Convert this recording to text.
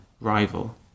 rival